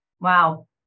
Wow